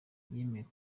yemeza